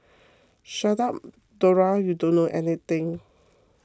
shut up Dora you don't know anything